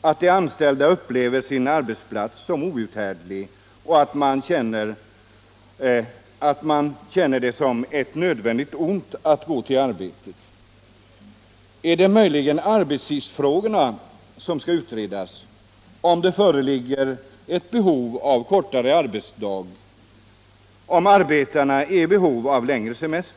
att de anställda upplever sin arbetsplats som outhärdlig och känner det som ett nödvändigt ont att gå till arbetet? Är det möjligen arbetstidsfrågorna som skall utredas, om det föreligger ett behov av kortare arbetsdag och om arbetarna är i behov av längre semester?